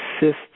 assists